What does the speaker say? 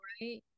right